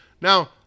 Now